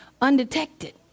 undetected